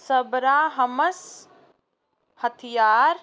ਸਬਰਾਹ ਹਮਸ ਹਥਿਆਰ